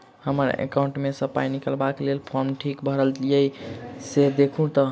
हम्मर एकाउंट मे सऽ पाई निकालबाक लेल फार्म ठीक भरल येई सँ देखू तऽ?